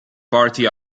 party